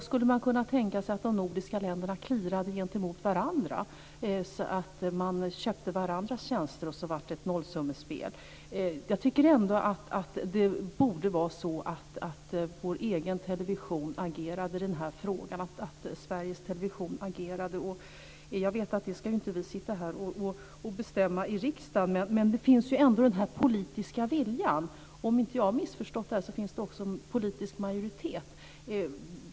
Skulle man kunna tänka sig att de nordiska länderna clearade varandras tjänster, så att det blev ett nollsummespel? Jag tycker att Sveriges Television borde agera i den här frågan. Jag vet att vi inte här i riksdagen ska bestämma om detta, men det finns ändå en politisk vilja. Om jag inte har missförstått saken finns det också en politisk majoritet i frågan.